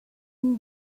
une